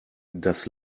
das